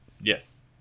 yes